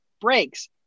breaks